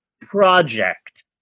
Project